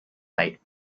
lake